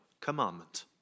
commandment